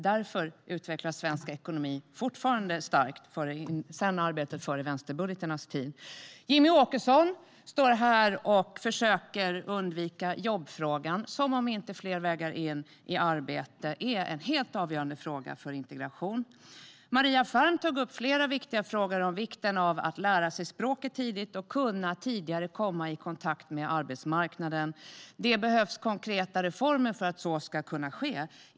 Därför utvecklas svensk ekonomi fortfarande starkt efter arbetet med vänsterbudgetarnas tid. Jimmie Åkesson står här och försöker att undvika jobbfrågan, som om inte fler vägar in i arbete är en helt avgörande fråga för integration. Maria Ferm tog upp flera viktiga frågor om vikten av att lära sig språket tidigt och tidigare komma i kontakt med arbetsmarknaden. Det behövs konkreta reformer för att så ska kunna ske.